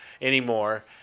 anymore